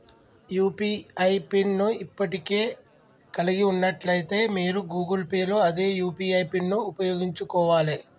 UPI PIN ను ఇప్పటికే కలిగి ఉన్నట్లయితే మీరు గూగుల్ పే లో అదే యూ.పీ.ఐ పిన్ను ఉపయోగించుకోవాలే